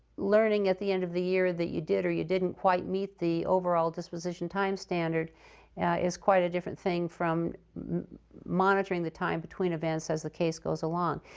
learning at the end of the year that you did or you didn't quite meet the overall disposition time standard is quite a different thing from monitoring the time between events as the case goes along.